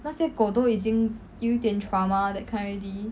那些狗都已经有一点 trauma that kind already